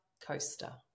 coaster